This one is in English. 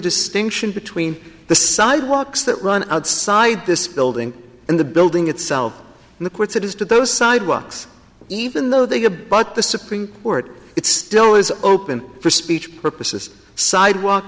distinction between the sidewalks that run outside this building and the building itself and the courts it is to those sidewalks even though they are but the supreme court it still is open for speech purposes sidewalk